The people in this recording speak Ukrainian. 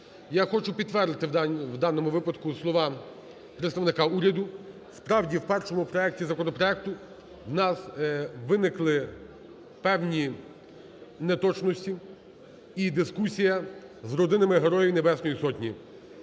Я хочу підтвердити в даному випадку слова представника уряду. Справді, в першому проекті законопроекту в нас виникли певні неточності і дискусія з родинами Героїв Небесної Сотні.